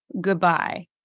goodbye